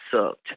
sucked